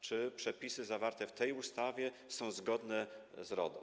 Czy przepisy zawarte w tej ustawie są zgodne z RODO?